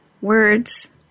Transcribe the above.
words